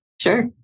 Sure